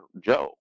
Joe